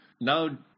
Now